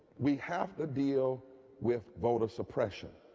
we have to deal with voter suppression.